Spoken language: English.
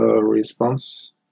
response